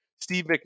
Steve